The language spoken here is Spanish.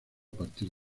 partir